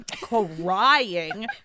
crying